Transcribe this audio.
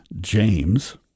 James